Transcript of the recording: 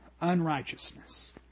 unrighteousness